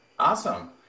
Awesome